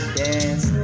dance